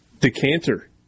decanter